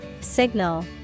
Signal